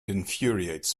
infuriates